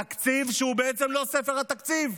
תקציב שהוא בעצם לא ספר התקציב.